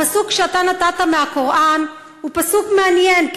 הפסוק שאתה הבאת מהקוראן הוא פסוק מעניין,